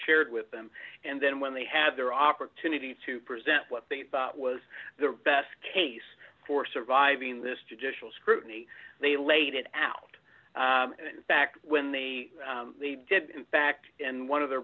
shared with them and then when they had their opportunity to present what they thought was the best case for surviving this judicial scrutiny they laid it out and in fact when they did in fact in one of their